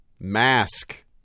mask